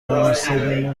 وایمیستادیم